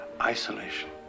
isolation